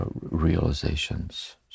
realizations